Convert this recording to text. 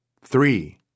three